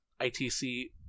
ITC